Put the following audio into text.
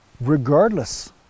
regardless